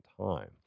time